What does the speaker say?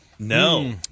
No